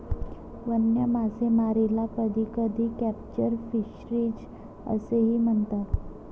वन्य मासेमारीला कधीकधी कॅप्चर फिशरीज असेही म्हणतात